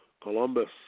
Columbus